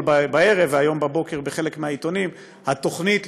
בערב והיום בבוקר פורסמה בחלק מהעיתונים התוכנית,